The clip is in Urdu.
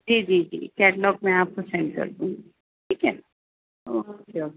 جی جی جی کیٹلاگ میں آپ کو سینڈ کر دوں گی ٹھیک ہے اوکے اوکے